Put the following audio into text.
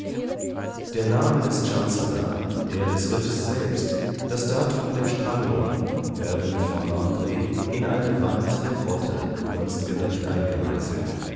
der name des chancellor der des riffs selbst das datum der strandung werden von andr in eine wand der grotte kunstgerecht eingemeißelt